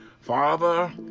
Father